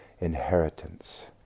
inheritance